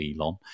Elon